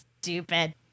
Stupid